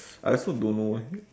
I also don't know